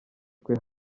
twe